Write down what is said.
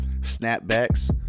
snapbacks